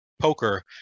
poker